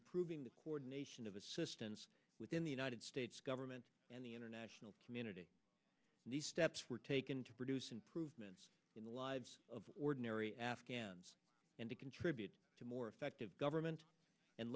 improving the coordination of assistance within the united states government and the international community the steps were taken to produce improvements in the lives of ordinary afghans and to contribute to more effective government and